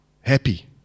happy